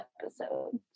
episodes